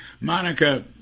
monica